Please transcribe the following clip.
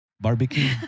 Barbecue